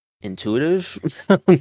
intuitive